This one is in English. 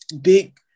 big